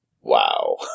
Wow